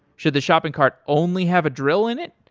should the shopping cart only have a drill in it?